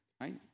right